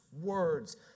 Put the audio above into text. words